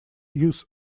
use